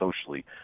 socially